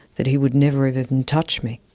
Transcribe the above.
that he would never have even touched me.